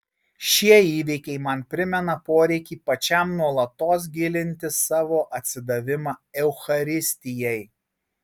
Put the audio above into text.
šie įvykiai man primena poreikį pačiam nuolatos gilinti savo atsidavimą eucharistijai